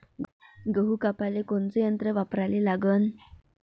गहू कापाले कोनचं यंत्र वापराले लागन?